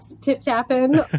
tip-tapping